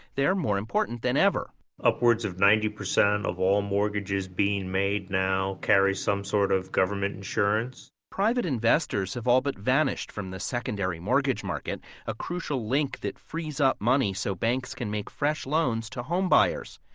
they're more important than ever upwards of ninety percent of all mortgages being made now carry some sort of government insurance private investors have all but vanished from the secondary mortgage market a crucial link that frees up money so banks can make fresh loans to home buyers.